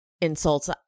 insults